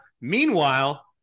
Meanwhile